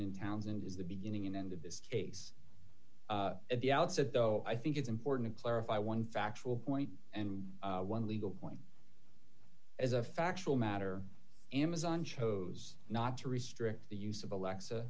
in townsend is the beginning and end of this case at the outset though i think it's important to clarify one factual point and one legal point as a factual matter amazon chose not to restrict the use of alexa